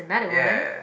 ya